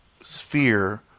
sphere